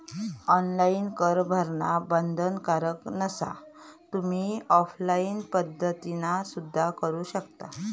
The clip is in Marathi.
ऑनलाइन कर भरणा बंधनकारक नसा, तुम्ही ऑफलाइन पद्धतीना सुद्धा करू शकता